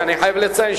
אני חייב לציין,